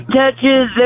touches